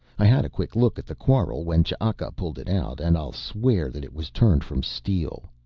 i had a quick look at the quarrel when ch'aka pulled it out, and i'll swear that it was turned from steel.